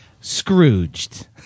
Scrooged